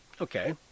Okay